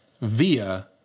via